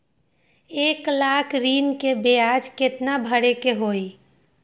एक लाख ऋन के ब्याज केतना भरे के होई?